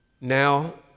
Now